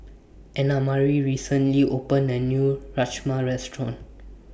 Annamarie recently opened A New Rajma Restaurant